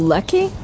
Lucky